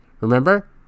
Remember